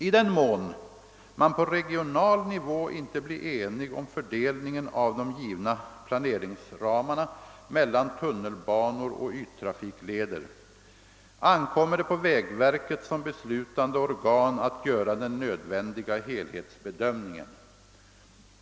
I den mån man på regional nivå inte blir enig om fördelningen av de givna planeringsramarna mellan tunnelbanor och yttrafikleder, ankommer det på vägverket som beslutande organ att göra den nödvändiga helhetsbedömningen.